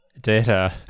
data